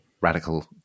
radical